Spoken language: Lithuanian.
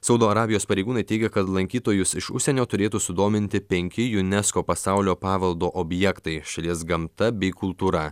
saudo arabijos pareigūnai teigia kad lankytojus iš užsienio turėtų sudominti penki unesco pasaulio paveldo objektai šalies gamta bei kultūra